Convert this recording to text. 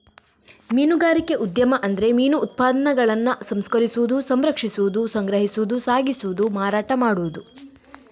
ಮೀನುಗಾರಿಕೆ ಉದ್ಯಮ ಅಂದ್ರೆ ಮೀನು ಉತ್ಪನ್ನಗಳನ್ನ ಸಂಸ್ಕರಿಸುದು, ಸಂರಕ್ಷಿಸುದು, ಸಂಗ್ರಹಿಸುದು, ಸಾಗಿಸುದು, ಮಾರಾಟ ಮಾಡುದು